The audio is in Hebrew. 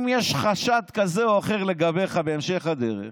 אם יש חשד כזה או אחר לגביך בהמשך הדרך,